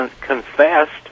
confessed